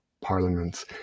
parliaments